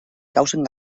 causen